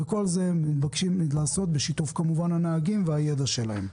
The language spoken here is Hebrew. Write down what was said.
וכל זה מתבקשים לעשות בשיתוף כמובן עם הנהגים והידע שלהם.